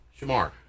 Shamar